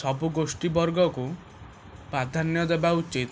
ସବୁ ଗୋଷ୍ଠୀ ବର୍ଗକୁ ପ୍ରାଧାନ୍ୟ ଦେବା ଉଚିତ